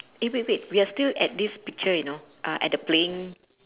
eh wait wait we're still at this picture you know uh at the playing